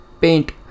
paint